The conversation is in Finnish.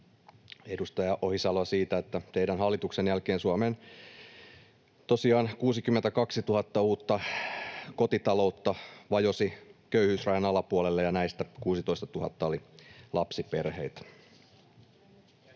edustaja Ohisaloa siitä, että teidän hallituksenne jälkeen Suomessa tosiaan 62 000 uutta kotitaloutta vajosi köyhyysrajan alapuolelle ja näistä 16 000 oli lapsiperheitä.